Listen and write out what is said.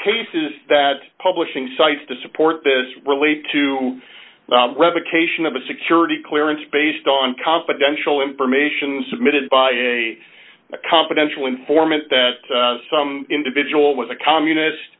cases that publishing cites to support this relate to revocation of a security clearance based on confidential information submitted by a confidential informant that some individual was a communist